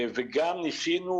וגם ניסינו,